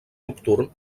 nocturn